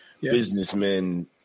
businessmen